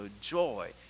joy